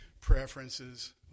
preferences